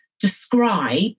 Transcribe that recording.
describe